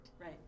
right